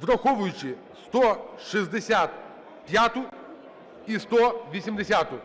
Враховуючи 165-у і 180-у.